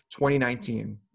2019